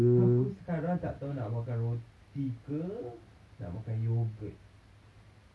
aku sekarang tak tahu nak makan roti ke nak makan yogurt